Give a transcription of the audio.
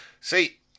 See